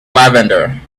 levanter